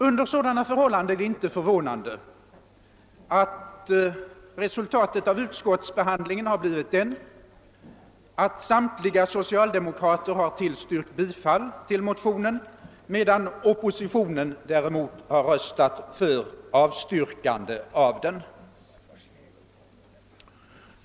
Under sådana förhållanden är det inte förvånande, att resultatet av utskottsbehandlingen blivit det, att samtliga socialdemokrater, om än med vissa modifikationer, lämnat sitt stöd åt motionen, medan oppositionen däremot röstat för avstyrkande.